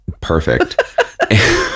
Perfect